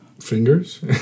Fingers